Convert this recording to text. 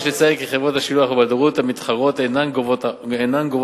יש לציין כי חברות השילוח והבלדרות המתחרות אינן גובות עמלה,